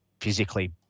physically